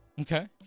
okay